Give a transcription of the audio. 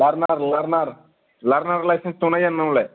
learner लार्नार लार्नार licence दंना गैया नोंनावलाय